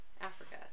Africa